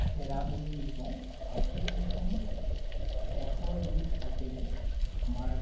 চেৰাবিহু বুলি কওঁ আৰু সেইদিনাখন এশ এবিধ শাকেৰে আমাৰ